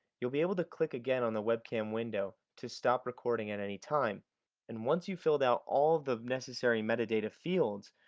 you'll be able to click again on the webcam window to stop recording at any time and once you've filled out all of the necessary metadata fields,